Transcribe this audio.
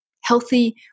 healthy